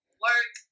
work